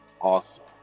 Awesome